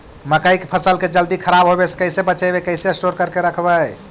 मकइ के फ़सल के जल्दी खराब होबे से कैसे बचइबै कैसे स्टोर करके रखबै?